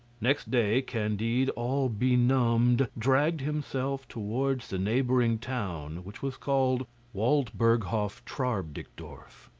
next day candide, all benumbed, dragged himself towards the neighbouring town which was called waldberghofftrarbk-dikdorff,